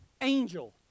angel